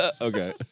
Okay